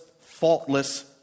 faultless